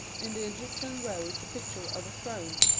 in the egyptian row is the picture of a throne,